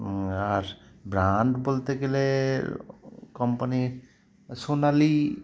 আর brand বলতে গেলে কোম্পানির সোনালি